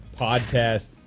podcast